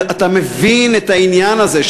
אתה מבין את העניין הזה,